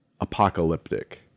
apocalyptic